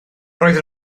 roedd